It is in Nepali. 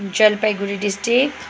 जलपाइगुडी डिस्ट्रिक्ट